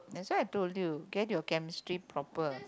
that's why I told you get your chemistry proper